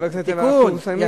חבר הכנסת שאמה, אנחנו מסיימים.